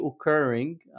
occurring